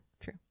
true